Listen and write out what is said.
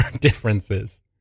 differences